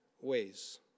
ways